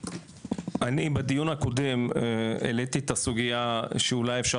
בדיון הקודם העליתי את הסוגיה שאולי אפשר